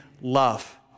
love